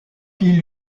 qui